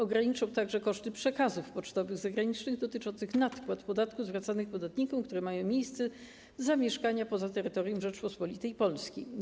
Ograniczą także koszty przekazów pocztowych zagranicznych dotyczących nadpłat podatku zwracanych podatnikom, którzy mają miejsce zamieszkania poza terytorium Rzeczypospolitej Polskiej.